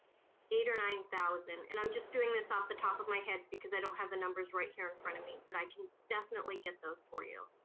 eight or nine thousand, and i'm just doing this off the top of my head, because i don't have the numbers right here in front of me, but i can definitely get those for you.